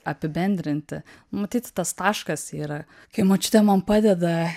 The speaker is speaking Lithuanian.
apibendrinti matyt tas taškas yra kai močiutė man padeda